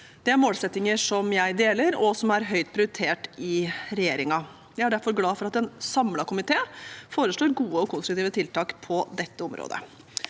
Det er målsettinger som jeg deler, og som er høyt prioritert i regjeringen. Jeg er derfor glad for at en samlet komité foreslår gode og konstruktive tiltak på dette området.